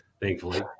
thankfully